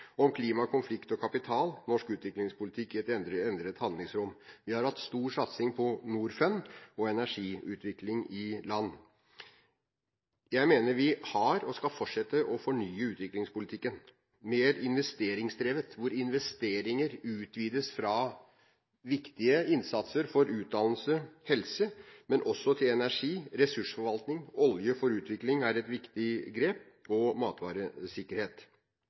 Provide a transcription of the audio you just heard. Klima, konflikt og kapital. Norsk utviklingspolitikk i et endret handlingsrom. Vi har hatt stor satsing på Norfund og energiutvikling i land. Jeg mener vi har fornyet og skal fortsette å fornye utviklingspolitikken – mer investeringsdrevet, hvor investeringer utvides fra viktige innsatser for utdannelse og helse til energi og ressursforvaltning, olje for utvikling er et viktig grep, og matvaresikkerhet.